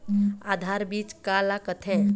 आधार बीज का ला कथें?